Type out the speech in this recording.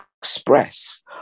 express